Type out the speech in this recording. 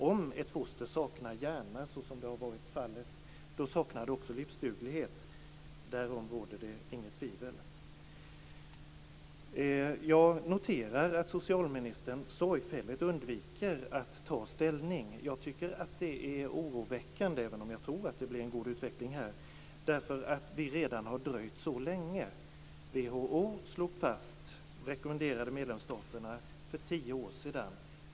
Om ett foster saknar hjärna, såsom har varit fallet, saknar det också livsduglighet; därom råder det inget tvivel. Jag noterar att socialministern sorgfälligt undviker att ta ställning. Jag tycker att det är oroväckande, även om jag tror att det blir en god utveckling här, därför att vi redan har dröjt så länge. WHO slog fast och rekommenderade medlemsstaterna detta för tio år sedan.